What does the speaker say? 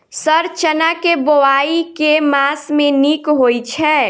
Sir चना केँ बोवाई केँ मास मे नीक होइ छैय?